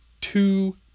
two